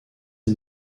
est